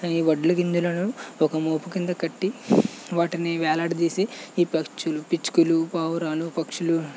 ఈ వడ్ల గింజలను ఒక మోపు కింద కట్టి వాటిని వేలాడదీసి ఈ పకచులు పిచ్చుకలు పావురాలు పక్షులు